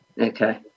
okay